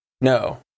No